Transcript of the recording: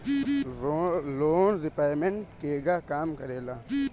Loan repayment केगा काम करेला?